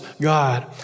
God